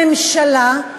הממשלה,